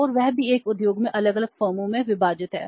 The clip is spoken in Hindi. और वह भी एक उद्योग में अलग अलग फर्मों में विभाजित है